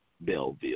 Belleville